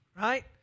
Right